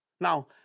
Now